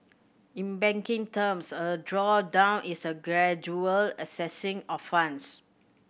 in banking terms a drawdown is a gradual accessing of funds